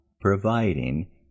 providing